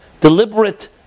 deliberate